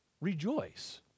rejoice